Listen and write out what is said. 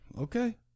Okay